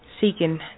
seeking